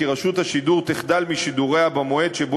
כי רשות הציבור תחדל משידוריה במועד שבו